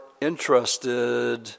interested